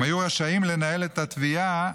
הם היו רשאים לנהל את התביעה,